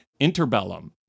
Interbellum